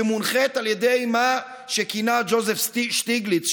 שמונחית על ידי מה שכינה ג'וזף שטיגליץ,